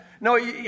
No